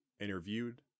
Interviewed